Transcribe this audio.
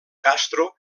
castro